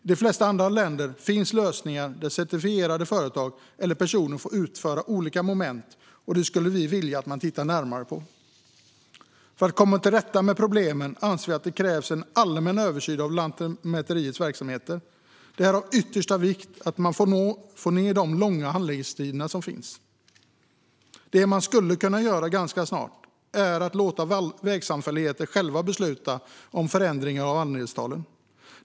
I de flesta andra länder finns lösningar där certifierade företag eller personer får utföra olika moment, och det skulle vi vilja att man tittar närmare på. För att komma till rätta med problemen anser vi att det krävs en allmän översyn av Lantmäteriets verksamhet. Det är av yttersta vikt att man kan minska de långa handläggningstiderna. Det man skulle kunna göra snart är att låta vägsamfälligheter själva besluta om förändringar av andelstal.